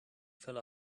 fill